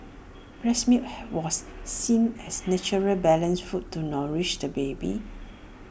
breast milk was seen as nature's balanced food to nourish the baby